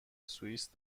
سوئیس